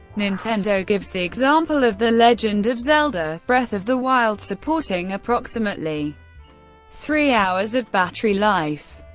nintendo gives the example of the legend of zelda breath of the wild supporting approximately three hours of battery life.